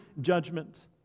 judgment